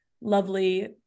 lovely